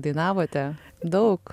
dainavote daug